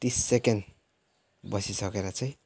तिस सेकेन्ड बसिसकेर चाहिँ